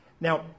Now